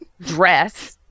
dress